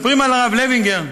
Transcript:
מספרים על הרב לוינגר,